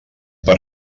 per